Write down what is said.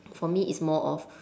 for me it's more of